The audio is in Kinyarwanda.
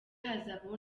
hazabaho